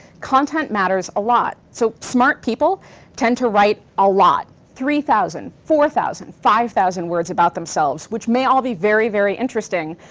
content matters a lot. so smart people tend to write a lot three thousand, four thousand, five thousand words about themselves, which may all be very, very interesting.